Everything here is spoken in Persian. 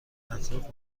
اطراف